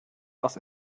was